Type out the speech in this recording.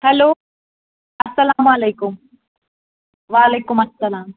hello اَلسلامُ علیکُم وعلیکُم السلام